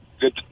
Good